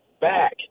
back